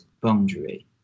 boundary